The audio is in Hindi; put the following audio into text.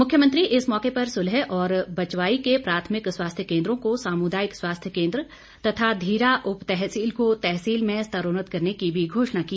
मुख्यमंत्री इस मौके पर सुलह और बचवाई के प्राथमिक स्वास्थ्य केंद्रों को सामुदायिक स्वास्थ्य केंद्र तथा धीरा उपतहसील को तहसील में स्तरोन्नत करने की भी घोषणा की